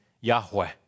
Yahweh